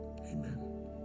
amen